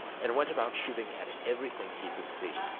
and went about shooting at everything he could see.